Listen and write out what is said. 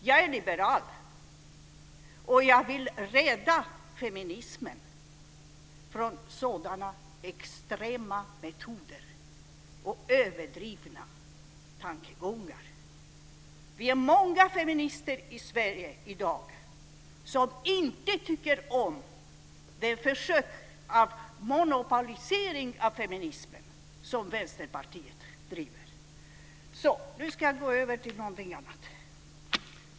Jag är liberal, och jag vill rädda feminismen från sådana extrema metoder och överdrivna tankegångar. Vi är många feminister i Sverige i dag som inte tycker om det försök till monopolisering av feminismen som Vänsterpartiet driver. Nu ska jag gå över till någonting annat.